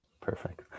Perfect